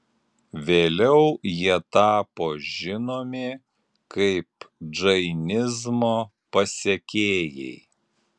vėliau jie tapo žinomi kaip džainizmo pasekėjai